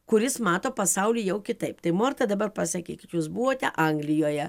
kuris mato pasaulį jau kitaip tai morta dabar pasakykit jūs buvote anglijoje